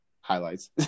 Highlights